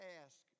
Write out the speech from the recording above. ask